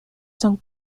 son